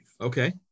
Okay